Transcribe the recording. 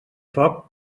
foc